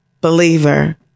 believer